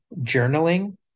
Journaling